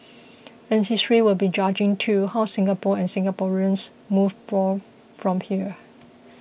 and history will be judging too how Singapore and Singaporeans move forth from here